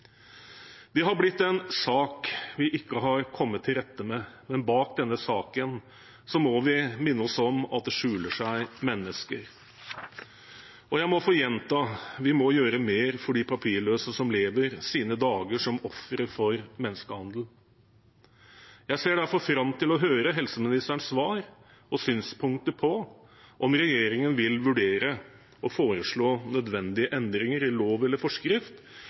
Det har blitt en sak vi ikke har kommet til rette med, men bak denne saken må vi minne oss om at det skjuler seg mennesker. Jeg må få gjenta: Vi må gjøre mer for de papirløse som lever sine dager som ofre for menneskehandel. Jeg ser derfor fram til å høre helseministerens svar og synspunkter på om regjeringen vil vurdere å foreslå nødvendige endringer i lov eller forskrift